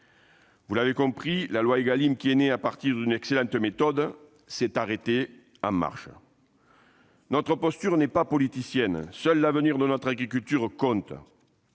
Vous l'avez compris, la loi Égalim, fruit d'une excellente méthode, s'est arrêtée en marche. Notre posture n'est pas politicienne. Seul l'avenir de notre agriculture compte.